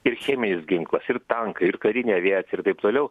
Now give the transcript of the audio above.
ir cheminis ginklas ir tankai ir karinė aviacija ir taip toliau